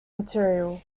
material